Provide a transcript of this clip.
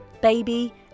Baby